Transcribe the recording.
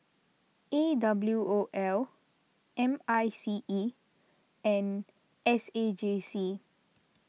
A W O L M I C E and S A J C